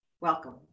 Welcome